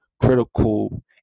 critical